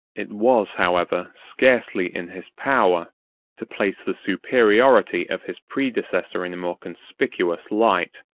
it was, however, scarcely in his power to place the superiority of his predecessor in a more conspicuous light,